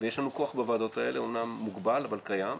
יש לנו כוח בוועדות האלה, אמנם מוגבל, אבל קיים.